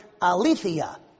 aletheia